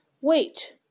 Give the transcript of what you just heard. Wait